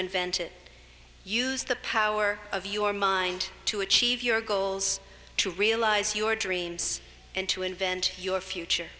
invent it use the power of your mind to achieve your goals to realize your dreams and to invent your future